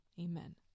Amen